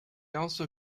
also